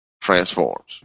Transforms